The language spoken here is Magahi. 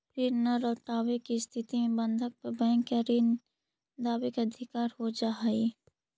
ऋण न लौटवे के स्थिति में बंधक पर बैंक या ऋण दावे के अधिकार हो जा हई